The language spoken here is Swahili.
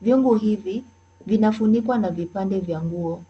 Viungo hivi vinafunikwa na vipande vya nguo.